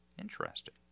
interesting